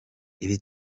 ibi